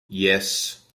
yes